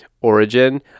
origin